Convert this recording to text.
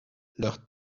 leur